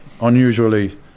unusually